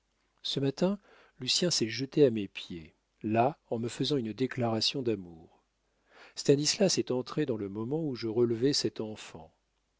ce matin lucien s'est jeté à mes pieds là en me faisant une déclaration d'amour stanislas est entré dans le moment où je relevais cet enfant